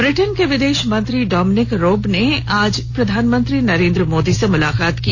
Britain के विदेश मंत्री डॉमिनिक रॉब ने आज प्रधानमंत्री नरेंद्र मोदी से मुलाकात की